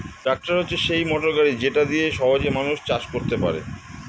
tractor হচ্ছে সেই motor গাড়ি যেটা দিয়ে সহজে মানুষ চাষ করতে পারে